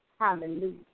Hallelujah